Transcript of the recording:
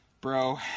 Bro